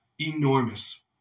enormous